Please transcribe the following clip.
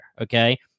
okay